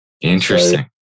Interesting